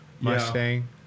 Mustang